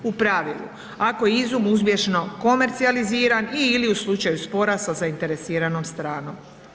U pravilu, ako je izum uspješno komercijaliziran i ili u slučaju spora sa zainteresiranom stranom.